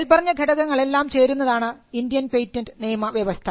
മേൽപ്പറഞ്ഞ ഘടകങ്ങളെല്ലാം ചേരുന്നതാണ് ഇന്ത്യയുടെ പേറ്റന്റ് നിയമവ്യവസ്ഥ